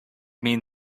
mean